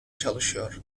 çalışıyor